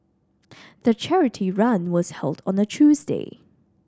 the charity run was held on a Tuesday